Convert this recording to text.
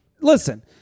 listen